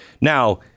Now